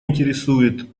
интересует